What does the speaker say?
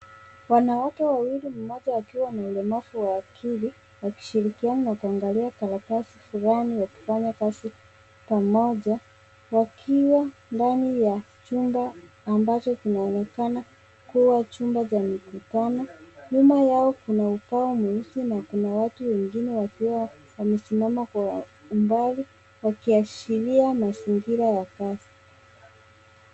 Wanawake wawili mmoja akiwa na ulemavu wa akili wakishirikiana na kuangalia karatasi fulani wakifanya kazi pamoja wakiwa ndani ya chumba ambacho kinaonekana kuwa chumba cha mikutano. Nyuma yao kuna ubao mweusi na kuna watu wengine wakiwa wamesimama kwa umbali wakiashiria mazingira ya kazi.